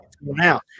Now